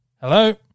Hello